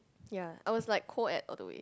ya I was like co ed all the way